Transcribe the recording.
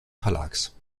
verlags